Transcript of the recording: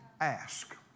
ask